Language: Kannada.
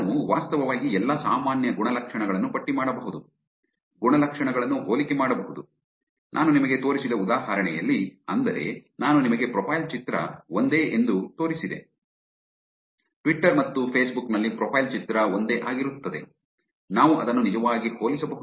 ನಾವು ವಾಸ್ತವವಾಗಿ ಎಲ್ಲಾ ಸಾಮಾನ್ಯ ಗುಣಲಕ್ಷಣಗಳನ್ನು ಪಟ್ಟಿ ಮಾಡಬಹುದು ಗುಣಲಕ್ಷಣಗಳನ್ನು ಹೋಲಿಕೆ ಮಾಡಬಹುದು ನಾನು ನಿಮಗೆ ತೋರಿಸಿದ ಉದಾಹರಣೆಯಲ್ಲಿ ಅಂದರೆ ನಾನು ನಿಮಗೆ ಪ್ರೊಫೈಲ್ ಚಿತ್ರ ಒಂದೇ ಎಂದು ತೋರಿಸಿದೆ ಟ್ವಿಟ್ಟರ್ ಮತ್ತು ಫೇಸ್ಬುಕ್ ನಲ್ಲಿ ಪ್ರೊಫೈಲ್ ಚಿತ್ರ ಒಂದೇ ಆಗಿರುತ್ತದೆ ನಾವು ಅದನ್ನು ನಿಜವಾಗಿ ಹೋಲಿಸಬಹುದು